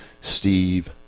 steve